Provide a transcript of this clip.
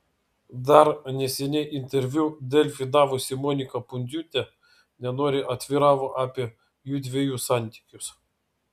dar neseniai interviu delfi davusi monika pundziūtė nenoriai atviravo apie jųdviejų santykius